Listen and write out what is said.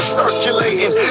circulating